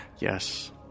Yes